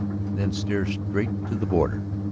then steer straight to the border.